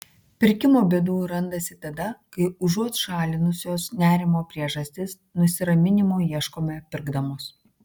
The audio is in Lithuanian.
pirkimo bėdų randasi tada kai užuot šalinusios nerimo priežastis nusiraminimo ieškome pirkdamos